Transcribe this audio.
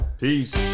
Peace